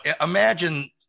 imagine